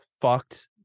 fucked